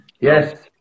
yes